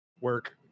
work